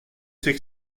c’est